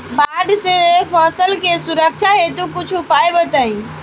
बाढ़ से फसल के सुरक्षा हेतु कुछ उपाय बताई?